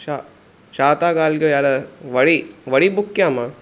छा छा था ॻाल्हि कयो यार वरी वरी बुक कयां मां